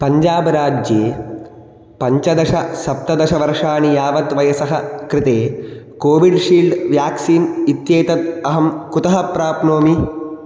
पञ्जाब राज्ये पञ्चदशः सप्तदशः वर्षाणि यावत् वयसः कृते कोविशील्ड् व्याक्सीन् इत्येतत् अहं कुतः प्राप्नोमि